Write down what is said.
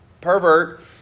pervert